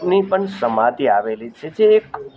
ની પણ સમાધિ આવેલી છે જે એક